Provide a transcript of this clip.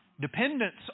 dependence